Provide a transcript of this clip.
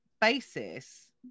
basis